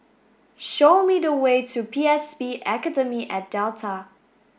show me the way to P S B Academy at Delta